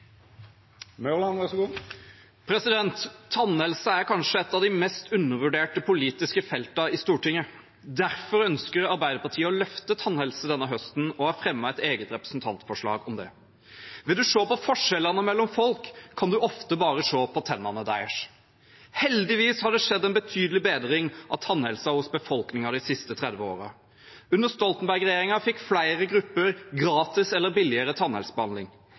kanskje ett av de mest undervurderte politiske feltene i Stortinget. Derfor ønsker Arbeiderpartiet å løfte tannhelse denne høsten og har fremmet et eget representantforslag om det. Vil en se på forskjellene mellom folk, kan en ofte bare se på tennene deres. Heldigvis har det skjedd en betydelig bedring av tannhelsen hos befolkningen de siste 30 årene. Under Stoltenberg-regjeringen fikk flere grupper gratis eller billigere